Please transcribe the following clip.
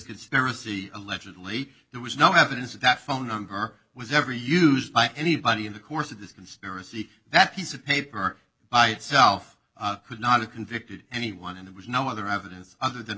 conspiracy allegedly there was no evidence that phone number was ever used by anybody in the course of this can see that piece of paper by itself could not have convicted anyone and it was no other evidence other than